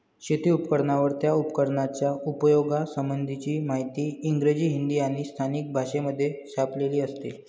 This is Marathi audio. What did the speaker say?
शेती उपकरणांवर, त्या उपकरणाच्या उपयोगा संबंधीची माहिती इंग्रजी, हिंदी आणि स्थानिक भाषेमध्ये छापलेली असते